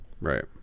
Right